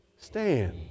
stand